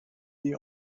the